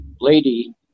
lady